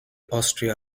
austria